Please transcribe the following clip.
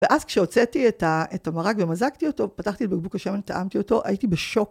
ואז כשהוצאתי את המרג ומזגתי אותו, פתחתי את בקבוק השמן, טעמתי אותו, הייתי בשוק.